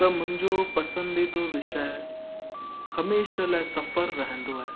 त मुंहिंजो पसंदीदा विषय हमेशा लाइ सफ़र रहंदो आहे